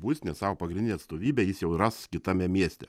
būstinę savo pagrindinę atstovybę jis jau ras kitame mieste